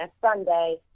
Sunday